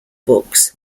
books